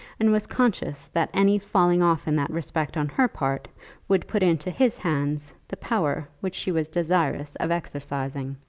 and was conscious that any falling off in that respect on her part would put into his hands the power which she was desirous of exercising.